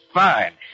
fine